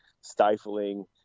stifling